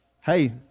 Hey